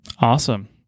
Awesome